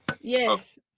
yes